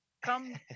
come